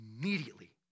immediately